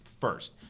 first